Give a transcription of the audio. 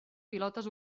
pilotes